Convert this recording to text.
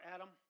Adam